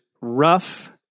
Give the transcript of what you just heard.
rough